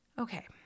Okay